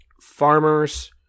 farmers